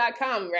right